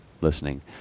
listening